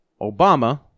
Obama